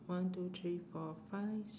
one two three four five